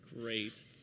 Great